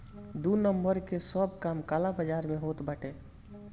दू नंबर कअ सब काम काला बाजार में होत बाटे